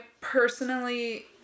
personally